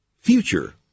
Future